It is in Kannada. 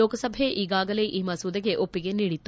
ಲೋಕಸಭೆ ಈಗಾಗಲೇ ಈ ಮಸೂದೆಗೆ ಒಪ್ಪಿಗೆ ನೀಡಿತ್ತು